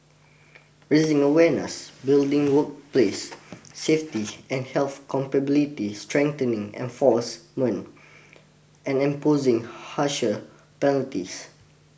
raising awareness building workplace safety and health capability strengthening enforcement and imposing harsher penalties